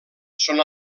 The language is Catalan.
són